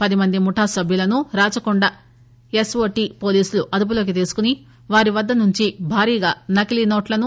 పది మంది ముఠా సభ్యులను రాచకొండ ఎస్వోటీ పోలీసులు అదుపులోకి తీసుకుని వారి వద్ద నుంచి భారీగా నకితీ నోట్లను